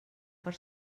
per